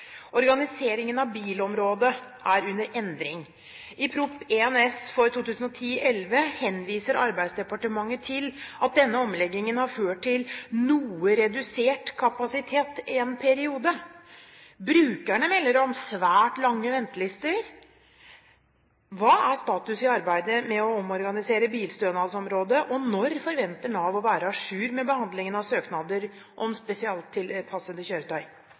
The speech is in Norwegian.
Organiseringen av bilområdet er under endring. I Prop. 1 S for 2010–2011 henviser Arbeidsdepartementet til at denne omleggingen har ført til noe redusert kapasitet en periode. Brukerne melder om svært lange ventetider. Hva er status i arbeidet med å omorganisere bilstønadsområdet, og når forventer Nav å være à jour med behandlingen av søknader om spesialtilpassede kjøretøy?»